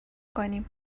کنیم